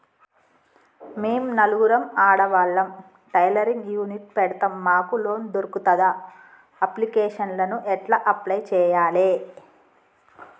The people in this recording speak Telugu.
మేము నలుగురం ఆడవాళ్ళం టైలరింగ్ యూనిట్ పెడతం మాకు లోన్ దొర్కుతదా? అప్లికేషన్లను ఎట్ల అప్లయ్ చేయాలే?